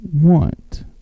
want